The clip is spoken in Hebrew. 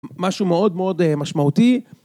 משהו מאוד מאוד משמעותי